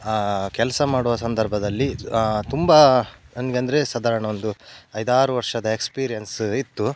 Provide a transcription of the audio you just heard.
ಕೆಲಸ ಮಾಡುವ ಸಂದರ್ಭದಲ್ಲಿ ತುಂಬ ನನ್ಗೆ ಅಂದರೆ ಸಾಧಾರಣ ಒಂದು ಐದಾರು ವರ್ಷದ ಎಕ್ಸ್ಪೀರಿಯನ್ಸ ಇತ್ತು